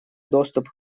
доступ